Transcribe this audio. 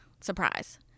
surprise